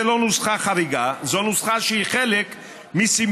זו לא נוסחה חריגה,